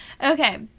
okay